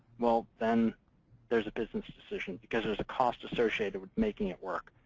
well, then there's a business decision. because there's a cost associated with making it work.